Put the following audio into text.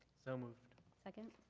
so moved. second?